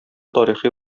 тарихи